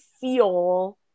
feel